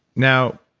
now,